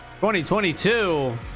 2022